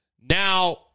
Now